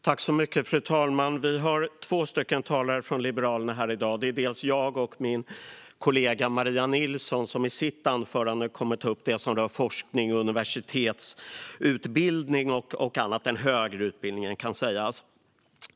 Fru talman! Vi har två talare från Liberalerna här i dag. Det är dels jag, dels min kollega Maria Nilsson, som i sitt anförande kommer att ta upp det som rör den högre utbildningen - forskning, universitet och annat.